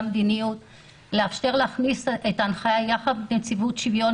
המדיניות לאפשר להכניס את ההנחיה יחד עם נציבות שוויון.